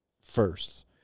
first